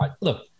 Look